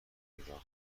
ایران